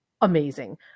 amazing